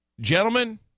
gentlemen